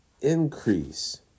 increase